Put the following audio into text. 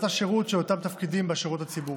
השירות של אותם תפקידים בשירות הציבורי.